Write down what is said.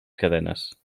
cadenes